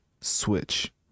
switch